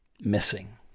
missing